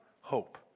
hope